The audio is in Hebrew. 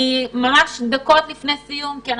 יש